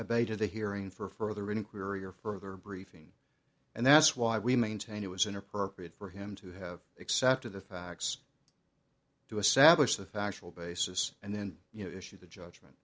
abated the hearing for further inquiry or further briefing and that's why we maintain it was inappropriate for him to have accepted the facts to a savage the factual basis and then you know issue the judgment